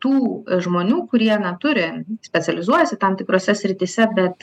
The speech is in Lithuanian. tų žmonių kurie na turi specializuojasi tam tikrose srityse bet